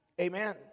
Amen